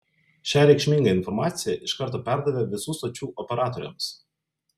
šią reikšmingą informaciją iš karto perdavė visų stočių operatoriams